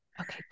Okay